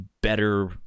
better